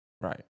Right